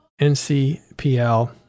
NCPL